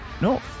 no